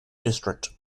district